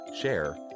share